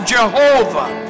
Jehovah